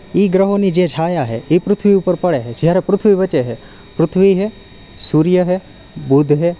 એ ગ્રહોની જે છાયા છે એ પૃથ્વી ઉપર પડે છે જ્યારે પૃથ્વી વચ્ચે છે પૃથ્વી છે સૂર્ય છે બુધ છે